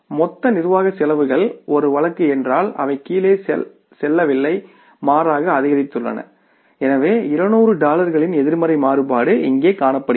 மொத்த நிர்வாகச் செலவுகள் ஒரு வழக்கு என்றால் அவை கீழே செல்லவில்லை மாறாக அதிகரித்துள்ளன எனவே 200 டாலர்களின் எதிர்மறை மாறுபாடு இங்கே காணப்படுகிறது